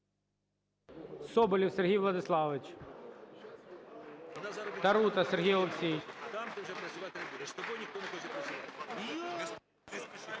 Соболєв Сергій Владиславович. Тарута Сергій